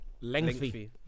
Lengthy